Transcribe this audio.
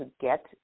get